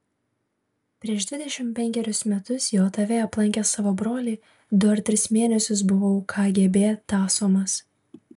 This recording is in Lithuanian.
prieš dvidešimt penkerius metus jav aplankęs savo brolį du ar tris mėnesius buvau kgb tąsomas